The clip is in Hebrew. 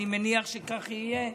אני מניח שכך יהיה,